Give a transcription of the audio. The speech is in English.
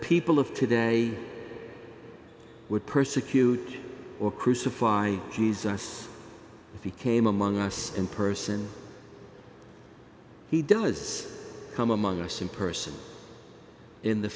people of today would persecute or crucify jesus if he came among us and person he does come among us in person in the